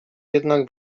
jednak